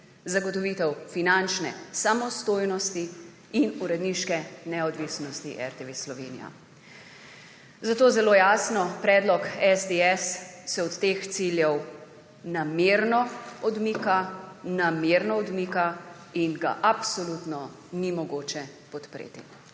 zagotovitev finančne samostojnosti in uredniške neodvisnosti RTV Slovenija. Zato je zelo jasno, predlog SDS se od teh ciljev namerno odmika, namerno odmika in ga absolutno ni mogoče podpreti.